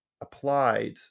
applied